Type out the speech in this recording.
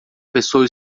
pessoa